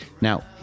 Now